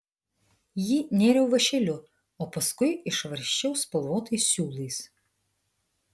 jį nėriau vąšeliu o paskui išvarsčiau spalvotais siūlais